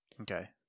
Okay